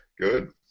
good